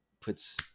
puts